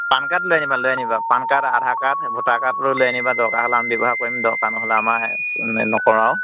পান card লৈ আনিবা লৈ আনিবা পান কাৰ্ড আধাৰ কাৰ্ড সেইবোৰ ভোটাৰ কাৰ্ডো লৈ আনিবা দৰকাৰ হ'লে আমি ব্যৱহাৰ কৰিম দৰকাৰ নহ'লে আমাৰ নকৰোঁ আৰু